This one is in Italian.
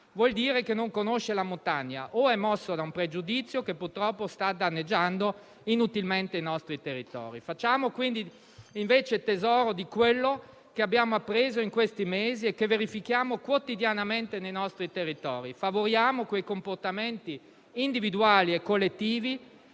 ovvietà non conosce la montagna o è mosso da un pregiudizio che purtroppo sta danneggiando inutilmente i nostri territori. Facciamo invece tesoro di quanto abbiamo appreso in questi mesi e che verifichiamo quotidianamente nei nostri territori, favoriamo quei comportamenti individuali e collettivi